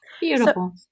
Beautiful